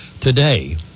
today